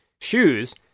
shoes